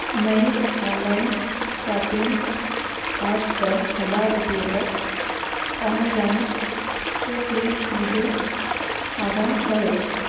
میں online shopping apps پر ہزار روپے تک پہنچ جاؤں تو پلیز مجھے آگاہ کرو